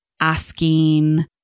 asking